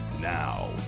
Now